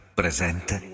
presente